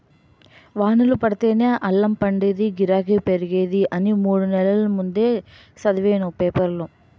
వానలు పడితేనే అల్లం పండేదీ, గిరాకీ పెరిగేది అని మూడు నెల్ల ముందే సదివేను పేపరులో